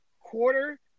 quarter